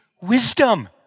wisdom